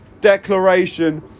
declaration